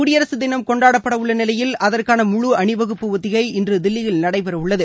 குடியரசு தினம் கொண்டாடப்பட உள்ள நிலையில் அதற்கான முழு அணிவகுப்பு ஒத்திகை இன்று தில்லியில் நடைபெற உள்ளது